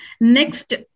Next